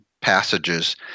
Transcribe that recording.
passages